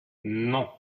non